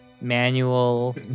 manual